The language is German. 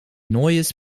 neues